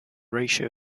ratio